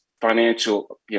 financial